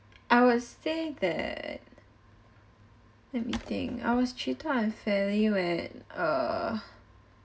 I would say that let me think I was treated unfairly when uh